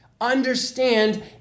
understand